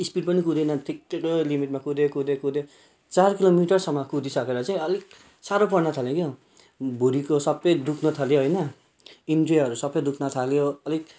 speed पनि कुदिनँ ठिकैको लिमिटमा कुद्यो कुद्यो कुद्यो चार किलोमिटरसम्म कुदिसकेर चाहिँ अलिक साह्रो पर्न थाल्यो क्या हो भुँडीको सबै दुख्न थाल्यो होइन इन्द्रियहरू सबै दुख्न थाल्यो अलिक